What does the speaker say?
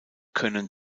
können